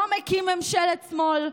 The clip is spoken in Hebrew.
לא מקים ממשלת שמאל.